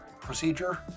procedure